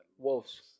Wolves